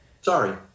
Sorry